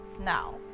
now